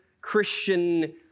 Christian